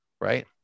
right